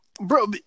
bro